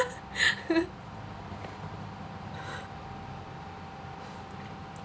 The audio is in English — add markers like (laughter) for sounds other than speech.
(laughs)